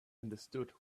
understood